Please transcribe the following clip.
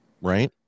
right